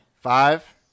Five